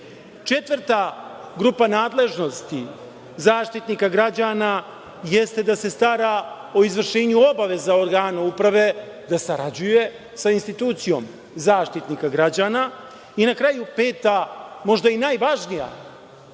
Četvrta grupa nadležnosti Zaštitnika građana jeste da se stara o izvršenju obaveza organa uprave, da sarađuje sa institucijom Zaštitnika građana. Na kraju, peta, možda i najvažnija